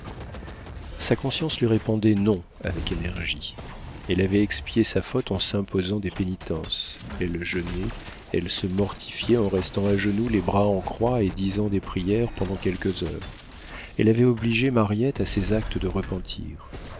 sa conscience lui répondait non avec énergie elle avait expié sa faute en s'imposant des pénitences elle jeûnait elle se mortifiait en restant à genoux les bras en croix et disant des prières pendant quelques heures elle avait obligé mariette à ces actes de repentir